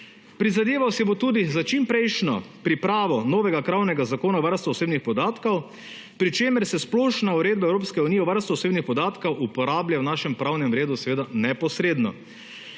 Prizadeval se bo tudi za čim prejšnjo pripravo novega krovnega zakona varstvo osebnih podatkov, pri čemer se splošna Uredba Evropske unije o varstvu osebnih podatkov uporablja v našem pravnem redu seveda neposredno.